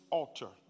altar